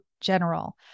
general